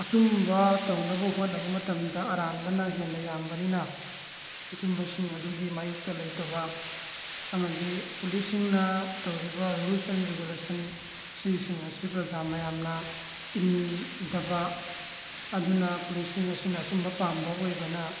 ꯑꯆꯨꯝꯕ ꯇꯧꯅꯕ ꯍꯣꯠꯅꯕ ꯃꯇꯝꯗ ꯑꯔꯥꯟꯕꯅ ꯍꯦꯟꯅ ꯌꯥꯝꯕꯅꯤꯅ ꯑꯆꯨꯝꯕꯁꯤꯡ ꯑꯗꯨꯒꯤ ꯃꯥꯌꯣꯛꯇ ꯂꯩꯇꯕ ꯑꯃꯗꯤ ꯄꯨꯂꯤꯁꯁꯤꯡꯅ ꯇꯧꯔꯤꯕ ꯔꯨꯜꯁ ꯑꯦꯟ ꯔꯤꯒꯨꯂꯦꯁꯟ ꯁꯤꯁꯤꯡ ꯑꯁꯤ ꯄ꯭ꯔꯖꯥ ꯃꯌꯥꯝꯅ ꯏꯟꯗꯕ ꯑꯗꯨꯅ ꯄꯨꯂꯤꯁꯁꯤꯡ ꯑꯁꯤꯅ ꯑꯆꯨꯝꯕ ꯄꯥꯝꯕ ꯑꯣꯏꯕꯅ